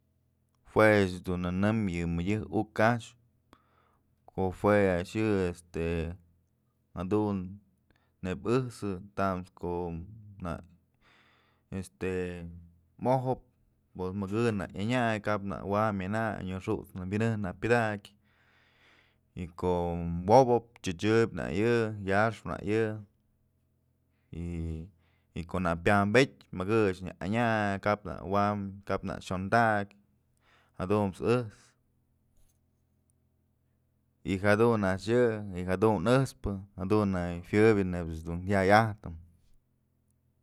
Jue ëch dun nënëm yë mëdyek uk a'ax ko'o jue a'ax yë este jadun neyb ëjsën tamës ko'o nak este mojëp pues mëkë nak yënyay kap nak wam myënayn oynëxusnë wi'injëb nak pyëdakyë y ko'o wopëp chëchëp nak yë yaxpë nak yë y ko'o nak pyabetyë mëkë a'ax nyë añay kap nak wa'am, kap nak xondakyë jadunt's ëjt's y jadun a'ax yë y jadun ëjt's pë jadun nak juëbyë neyb ëjt's dun jaya'a ajtëm.